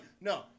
No